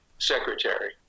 secretary